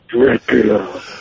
Dracula